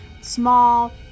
small